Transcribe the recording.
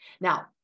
Now